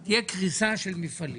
אם תהיה קריסה של מפעלים?